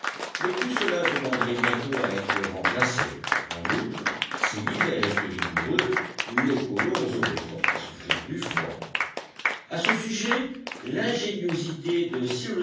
mais tout cela demanderait bientôt à être remplacé en outre si l'hiver était rigoureux les colons auraient fort à souffrir du froid à ce sujet l'ingéniosité de